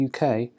UK